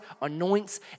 anoints